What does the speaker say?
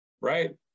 right